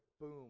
boom